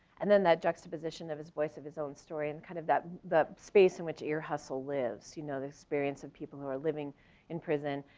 and then that juxtaposition of his voice of his own story and kind of the space in which ear hustle lives, you know, the experience of people who are living in prison.